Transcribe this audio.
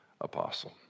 apostle